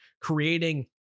creating